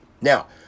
Now